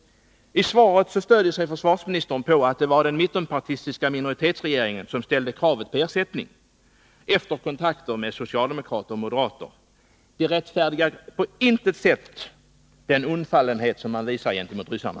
I svaret stöder sig försvarsministern på att det var den mittenpartistiska minoritetsregeringen som ställde kravet på ersättning efter kontakter med socialdemokrater och moderater. Det rättfärdigar på intet sätt den undfallenhet som visas gentemot ryssarna.